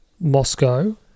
Moscow